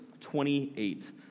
28